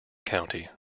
county